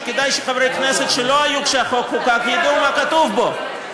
וכדאי שחברי הכנסת שלא היו כשהחוק חוקק ידעו מה כתוב בו.